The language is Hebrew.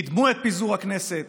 קידמו את פיזור הכנסת,